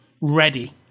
ready